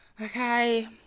Okay